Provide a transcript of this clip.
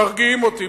מרגיעים אותי,